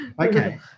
okay